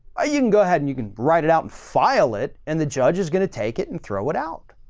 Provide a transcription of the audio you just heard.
i mean, you can go ahead and you can write it out and file it and the judge is going to take it and throw it out.